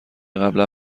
قبلا